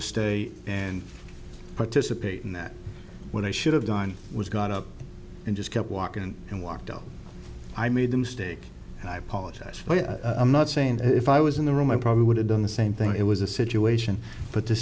to stay and participate in that what i should have done was got up and just kept walking and walked out i made a mistake and i apologize but i'm not saying that if i was in the room i probably would have done the same thing it was a situation but to